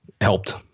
helped